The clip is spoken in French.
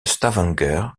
stavanger